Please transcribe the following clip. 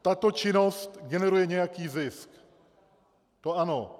Tato činnost generuje nějaký zisk, to ano.